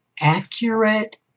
accurate